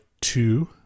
two